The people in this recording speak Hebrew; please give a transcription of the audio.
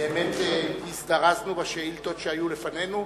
באמת הזדרזנו בשאילתות שהיו לפנינו.